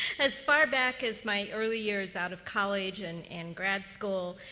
as far back as my early years out of college and and grad school,